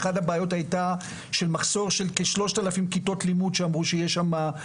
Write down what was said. ואחת הבעיות היתה מחסור של כשלושת אלפים כיתות לימוד שאמרו שיש שם.